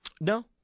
No